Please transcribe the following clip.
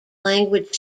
language